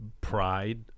Pride